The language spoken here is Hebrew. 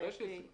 בוודאי שיש סיבה.